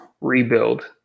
rebuild